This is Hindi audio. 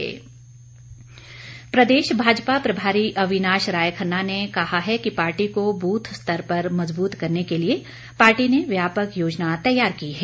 भाजपा प्रदेश भाजपा प्रभारी अविनाश राय खन्ना ने कहा है कि पार्टी को बूथ स्तर पर मजबूत करने के लिए पार्टी ने व्यापक योजना तैयार की है